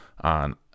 on